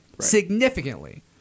Significantly